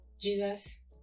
jesus